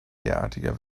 derartiger